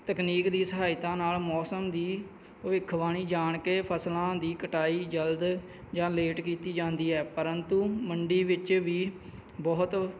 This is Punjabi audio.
ਤਕਨੀਕ ਦੀ ਸਹਾਇਤਾ ਨਾਲ ਮੌਸਮ ਦੀ ਭਵਿੱਖਬਾਣੀ ਜਾਣ ਕੇ ਫਸਲਾਂ ਦੀ ਕਟਾਈ ਜਲਦ ਜਾਂ ਲੇਟ ਕੀਤੀ ਜਾਂਦੀ ਹੈ ਪਰੰਤੂ ਮੰਡੀ ਵਿੱਚ ਵੀ ਬਹੁਤ